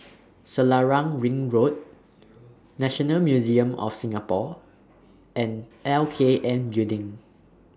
Selarang Ring Road National Museum of Singapore and L K N Building